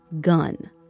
gun